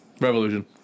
Revolution